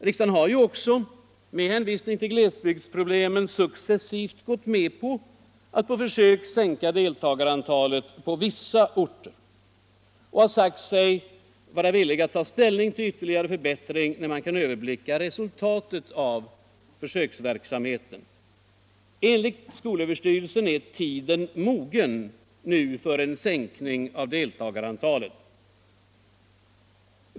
Riksdagen har också med hänvisning till glesbygdsproblemen successivt gått med på att på försök sänka deltagarantalet på vissa orter och har även sagt sig vara villig att ta ställning till ytterligare förbättring, när man kan överblicka resultatet av försöksverksamheten. Enligt skolöverstyrelsen är tiden mogen för en sådan sänkning av deltagarantalet.